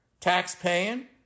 taxpaying